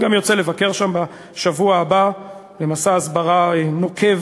אני גם יוצא לבקר שם בשבוע הבא, במסע הסברה נוקב